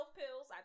pills